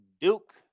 Duke